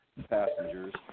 passengers